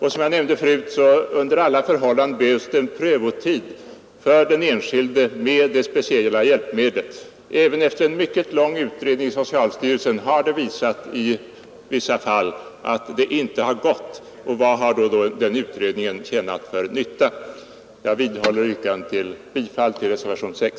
Som jag nämnde förut behöver den enskilde under alla förhållanden en prövotid med det speciella hjälpmedlet. Även efter en mycket lång utredning i socialstyrelsen har det i vissa fall visat sig att den handikappade inte kunnat använda hjälpmedlet. Till vilken nytta har då denna utredning varit? Jag vidhåller mitt yrkande om bifall till reservationen 6.